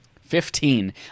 Fifteen